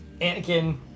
Anakin